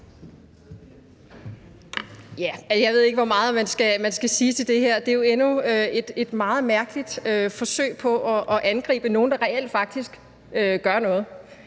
Jeg ved ikke, hvor meget man skal sige til det her. Det er jo endnu et meget mærkeligt forsøg på at angribe nogen, der faktisk reelt gør noget.